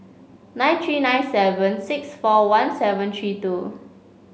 nine three nine seven six four one seven three two